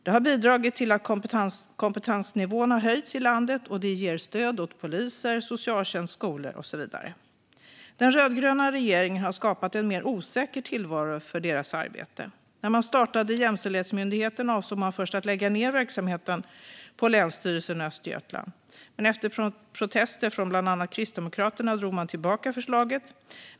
Det har bidragit till att kompetensnivån har höjts i landet, och det ger stöd åt poliser, socialtjänst, skolor och så vidare. Den rödgröna regeringen har skapat en mer osäker tillvaro för teamets arbete. När man startade Jämställdhetsmyndigheten avsåg man först att lägga ned verksamheten på Länsstyrelsen i Östergötland, men efter protester från bland andra Kristdemokraterna drog man tillbaka förslaget.